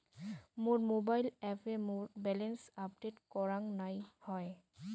মোর mobile অ্যাপে মোর balance update করাং না হই